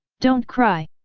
don't cry!